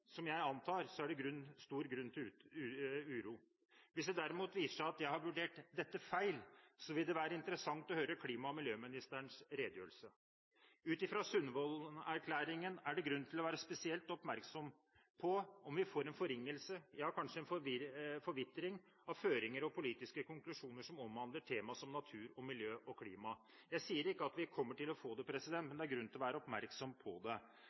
jeg antar – er det stor grunn til uro. Hvis det derimot viser seg at jeg har vurdert dette feil, vil det være interessant å høre klima- og miljøministerens redegjørelse. Ut fra Sundvolden-erklæringen er det grunn til å være spesielt oppmerksom på om vi får en forringelse, ja kanskje en forvitring, av føringer og politiske konklusjoner som omhandler temaer som natur, miljø og klima. Jeg sier ikke at vi kommer til å få det, men det er grunn til å være oppmerksom på det.